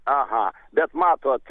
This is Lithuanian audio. aha bet matot